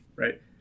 Right